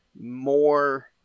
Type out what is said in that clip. more